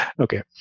okay